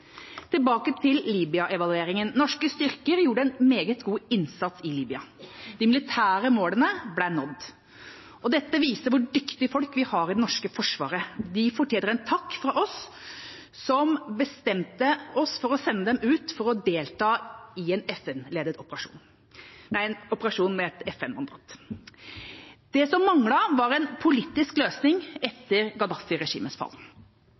Tilbake til Libya-evalueringen: Norske styrker gjorde en meget god innsats i Libya. De militære målene ble nådd. Dette viser hvor dyktige folk vi har i det norske forsvaret. De fortjener en takk fra oss som bestemte oss for å sende dem ut for å delta i en operasjon med et FN-mandat. Det som manglet, var en politisk løsning etter Gaddafi-regimets fall.